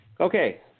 Okay